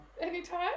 Anytime